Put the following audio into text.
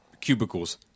cubicles